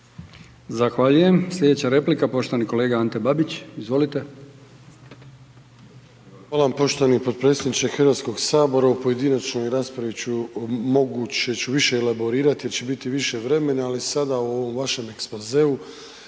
Bauk. Slijedeća replika, poštovani kolega Ivan Kirin, izvolite.